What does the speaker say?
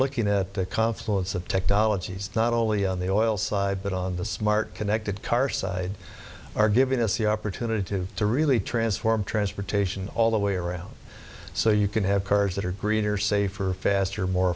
looking at the confluence of technologies not only on the oil side but on the smart connected car side are giving us the opportunity to really transform transportation all the way around so you can have cars that are greener safer faster more